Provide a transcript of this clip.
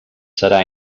serà